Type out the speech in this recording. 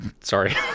Sorry